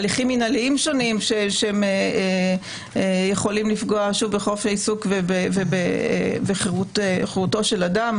הליכים מינהליים שונים שיכולים לפגוע בחופש העיסוק ובחירותו של אדם,